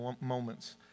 moments